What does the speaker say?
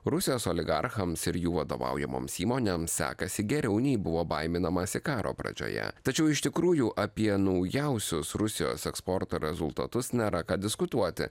rusijos oligarchams ir jų vadovaujamoms įmonėms sekasi geriau nei buvo baiminamasi karo pradžioje tačiau iš tikrųjų apie naujausius rusijos eksporto rezultatus nėra ką diskutuoti